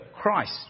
Christ